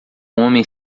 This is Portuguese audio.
homem